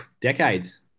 decades